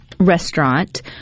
Restaurant